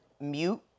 mute